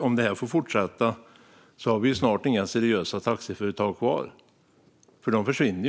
Om det här får fortsätta har vi snart inga seriösa taxiföretag kvar - de försvinner.